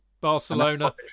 Barcelona